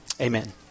Amen